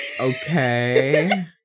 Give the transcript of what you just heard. Okay